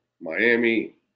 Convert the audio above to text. miami